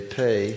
pay